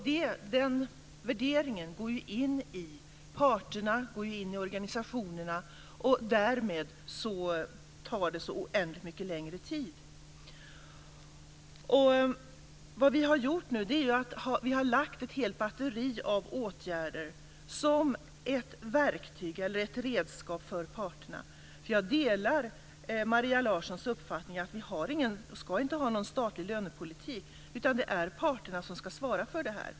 Den värderingen finns hos parterna och hos organisationerna. Därmed tar det så oändligt mycket längre tid. Nu har vi lagt fram ett helt batteri av åtgärder som ett verktyg eller ett redskap för parterna. Jag delar Maria Larssons uppfattning att vi inte har och inte ska ha någon statlig lönepolitik. Det är parterna som ska svara för detta.